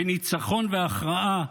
בניצחון ובהכרעה,